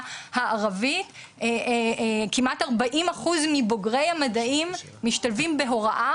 הערבית כמעט ארבעים אחוז מבוגרי המדעים משתלבים בהוראה.